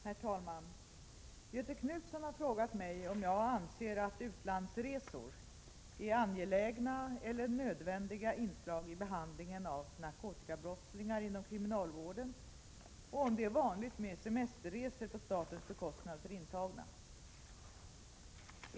Herr talman! Göthe Knutson har frågat mig om jag anser att utlandsresor är angelägna eller nödvändiga inslag i behandlingen av narkotikabrottslingar inom kriminalvården och om det är vanligt med semesterresor på statens bekostnad för intagna.